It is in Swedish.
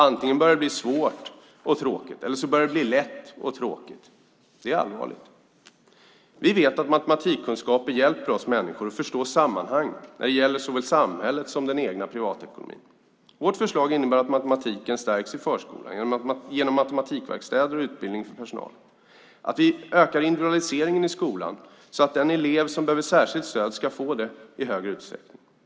Antingen börjar den bli svår och tråkig, eller också börjar den bli lätt och tråkig. Detta är allvarligt, eftersom vi vet att matematikkunskaper hjälper oss människor att förstå sammanhang när det gäller såväl samhället som den egna privatekonomin. Vårt förslag innebär att matematiken stärks i förskolan genom matematikverkstäder och utbildning för personalen och att individualiseringen i skolan ökar så att den elev som behöver särskilt stöd i större utsträckning får det.